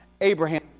Abraham